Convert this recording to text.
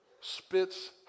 spits